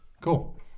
Cool